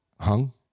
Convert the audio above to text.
hung